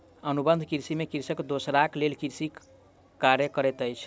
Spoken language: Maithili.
अनुबंध कृषि में कृषक दोसराक लेल कृषि कार्य करैत अछि